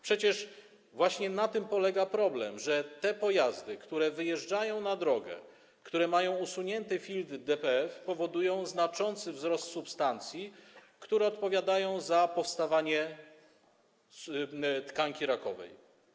Przecież właśnie na tym polega problem, że pojazdy, które wyjeżdżają na drogę, które mają usunięty filtr DPF, powodują znaczący wzrost stężenia substancji, które odpowiadają za powstawanie tkanki rakowej.